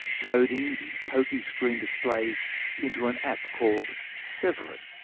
coding the pokie screen display into an app called severin.